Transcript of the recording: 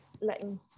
letting